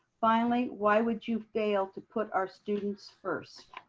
finally, why would you fail to put our students first?